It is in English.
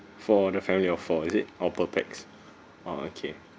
for the family of four is it or per pax oh okay